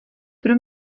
pro